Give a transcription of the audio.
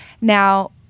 now